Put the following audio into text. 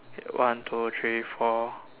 one two three four